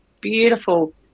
beautiful